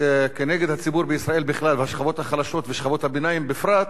כנגד הציבור בישראל בכלל והשכבות החלשות ושכבות הביניים בפרט,